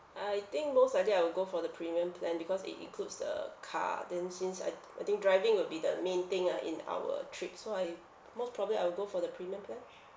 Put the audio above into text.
I think most likely I will go for the premium plan because it includes the car then since I'd I think driving will be the main thing ah in our trip so I most probably I will go for the premium plan